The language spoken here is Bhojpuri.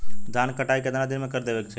धान क कटाई केतना दिन में कर देवें कि चाही?